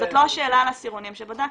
וזאת לא השאלה על העשירונים שבדקתי.